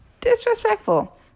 Disrespectful